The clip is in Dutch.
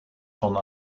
van